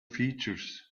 features